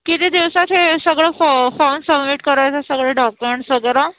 किती दिवसात हे सगळं फॉ फॉम सबमिट करायचं सगळे डॉक्युमेंट्स वगैरे